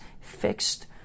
fixed